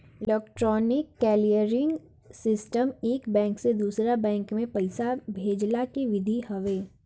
electronic clearing system एक bank से दूसरा बैंक में पईसा भेजला के विधि हवे